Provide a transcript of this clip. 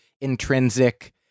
intrinsic